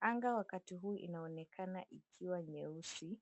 Anga wakati huu inaonekana ikiwa nyeusi.